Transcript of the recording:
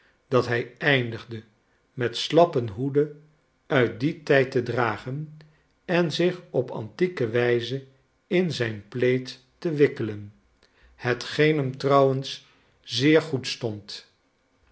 dat hij eindigde met slappe hoeden uit dien tijd te dragen en zich op antieke wijze in zijn plaid te wikkelen hetgeen hem trouwens zeer goed stond